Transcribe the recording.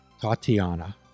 Tatiana